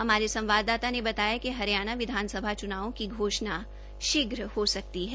हमारे संवाददाता ने बताया कि हरियाणा विधानसभा चुनावों की घोषणा शीध्र हो सकती है